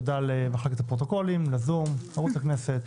תודה למחלקת הפרוטוקולים, לזום, לערוץ הכנסת.